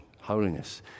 holiness